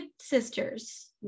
sisters